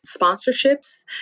sponsorships